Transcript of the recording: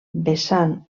vessant